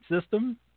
system